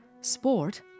Sport